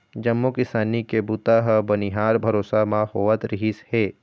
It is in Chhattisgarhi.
जम्मो किसानी के बूता ह बनिहार भरोसा म होवत रिहिस हे